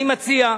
אני מציע,